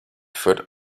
foot